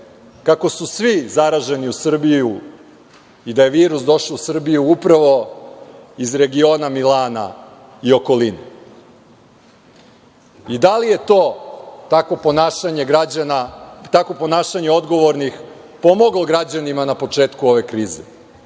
kako su svi zaraženi u Srbiji i da je virus došao u Srbiju, upravo iz regiona Milana i okoline. Da li je to, takvo ponašanje odgovornih građana pomoglo na početku ove krize?